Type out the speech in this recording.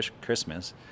Christmas